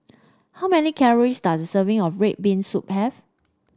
how many calories does serving of red bean soup have